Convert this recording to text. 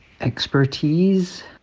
Expertise